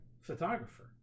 photographer